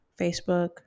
Facebook